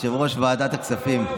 יושב-ראש ועדת הכספים.